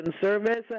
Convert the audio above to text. service